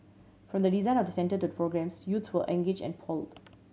from the design of the centre to the programmes youths to engaged and polled